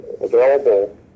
available